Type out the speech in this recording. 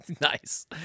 Nice